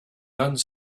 done